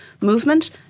movement